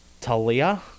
Talia